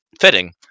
fitting